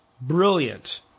brilliant